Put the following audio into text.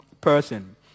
person